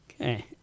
okay